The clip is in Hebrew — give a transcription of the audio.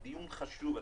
הוא דיון חשוב.